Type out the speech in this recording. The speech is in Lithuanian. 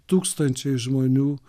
tūkstančiai žmonių